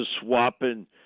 swapping